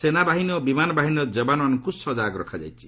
ସେନା ବାହିନୀ ଓ ବିମାନ ବାହିନୀର ଯବାନମାନଙ୍କୁ ସଜାଗ ରଖାଯାଇଛି